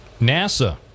NASA